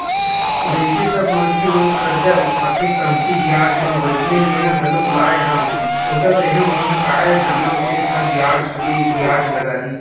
जइसे सब मनखे मन करजा उठाथे कमती बियाज म वइसने मेंहा घलोक लाय हव सोचत रेहेव मेंहा काय जानव सेठ ह बियाज पे बियाज लगाही